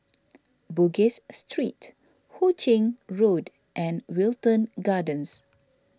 Bugis Street Hu Ching Road and Wilton Gardens